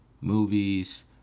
movies